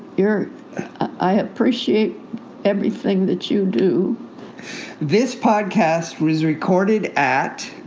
you're i appreciate everything that you do this podcast was recorded at.